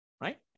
right